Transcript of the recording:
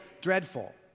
dreadful